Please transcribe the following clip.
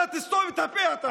אתה תסתום את הפה שלך.